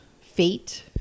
fate